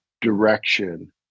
direction